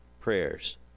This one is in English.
prayers